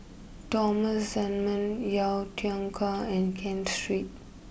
Thomas Dunman Yau Tian Car and Ken Street